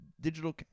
digital